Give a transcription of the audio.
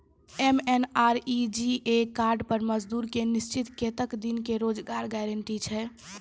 MNREGA card पर मजदुर के निश्चित कत्तेक दिन के रोजगार गारंटी छै?